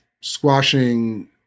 squashing